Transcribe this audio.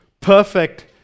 perfect